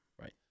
Right